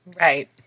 Right